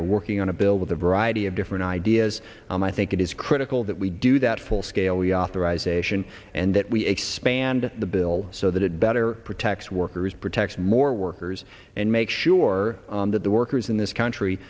we're working on a bill with a variety of different ideas and i think it is critical that we do that full scale we authorize ation and that we expand the bill so that it better protects workers protect more workers and make sure that the workers in this country